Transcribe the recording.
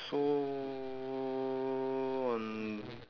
so um